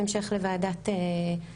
בהמשך לוועדת מדז'יבוז',